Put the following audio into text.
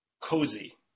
cozy